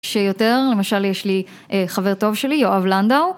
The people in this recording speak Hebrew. שיותר למשל יש לי חבר טוב שלי יואב לנדאו.